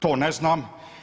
To ne znam.